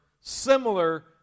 similar